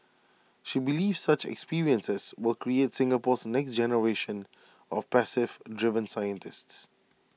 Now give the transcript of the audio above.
she believes such experiences will create Singapore's next generation of passive driven scientists